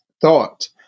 thought